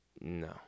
No